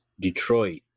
Detroit